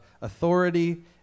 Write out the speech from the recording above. authority